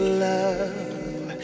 love